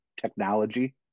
technology